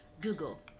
Google